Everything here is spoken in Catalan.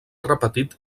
repetit